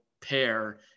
pair